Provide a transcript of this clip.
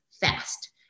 fast